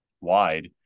wide